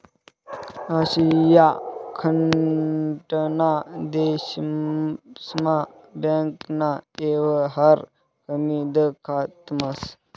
आशिया खंडना देशस्मा बँकना येवहार कमी दखातंस